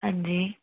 ਹਾਂਜੀ